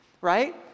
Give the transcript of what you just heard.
right